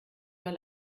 mal